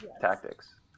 tactics